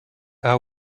are